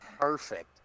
Perfect